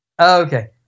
Okay